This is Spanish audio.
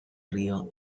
río